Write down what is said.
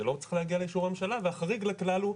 שלא צריך להגיע לאישור הממשלה והחריג לכלל הוא,